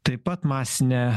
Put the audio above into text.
taip pat masinė